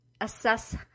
assess